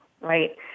right